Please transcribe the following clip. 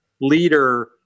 leader